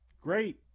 Great